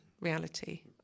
reality